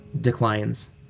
declines